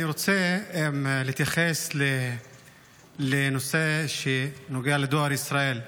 אני רוצה להתייחס לנושא שנוגע לדואר ישראל.